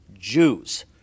Jews